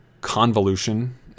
convolution